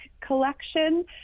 collection